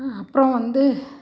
அப்றம் வந்து